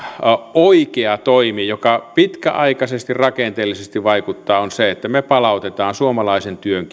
oikea toimi joka pitkäaikaisesti rakenteellisesti vaikuttaa on se että me palautamme suomalaisen työn